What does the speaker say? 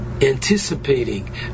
anticipating